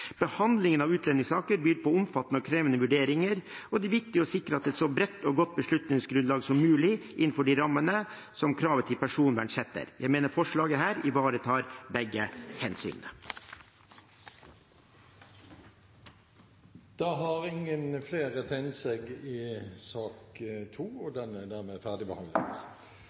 Behandlingen av utlendingssaker byr på omfattende og krevende vurderinger, og det er viktig å sikre et så bredt og godt beslutningsgrunnlag som mulig innenfor de rammene som kravet til personvern setter. Jeg mener dette forslaget ivaretar begge hensynene. Flere har ikke bedt om ordet til sak nr. 2. Etter ønske fra kommunal- og